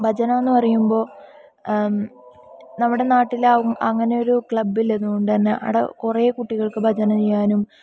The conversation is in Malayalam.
ഭജനയെന്നു പറയുമ്പോൾ നമ്മുടെ നാട്ടിലെങ്ങനെ ഒരു ക്ലബ്ബുള്ളതുകൊണ്ട് തന്നെ അവിടെ കുറേ കുട്ടികൾക്ക് ഭജന ചെയ്യാനും